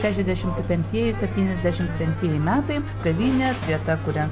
šešiasdešimt penktieji septyniasdešimt penktieji metai kavinė vieta kurią